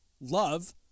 love